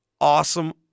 Awesome